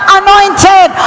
anointed